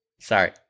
Sorry